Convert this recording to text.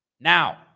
Now